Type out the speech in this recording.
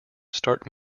start